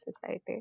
society